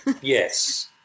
Yes